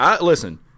listen